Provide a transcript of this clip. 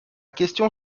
question